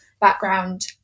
background